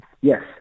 Yes